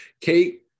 Kate